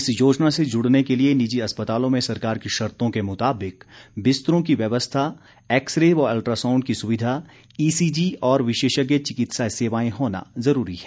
इस योजना से जुड़ने के लिए निजी अस्पतालों में सरकार की शर्तों के मुताबिक बिस्तरों की व्यवस्था एक्स रे व अल्ट्रा साउंड की सुविधा ईसीजी और विशेषज्ञ चिकित्सा सेवाएं होना ज़रूरी है